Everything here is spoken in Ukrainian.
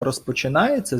розпочинається